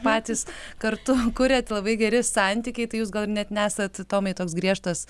patys kartu kuriat labai geri santykiai tai jūs gal net nesat tomai toks griežtas